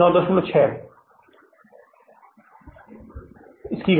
96 ताकि शायद इसकी गणना की जा सके